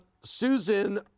Susan